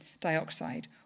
dioxide